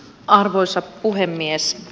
arvoisa puhemies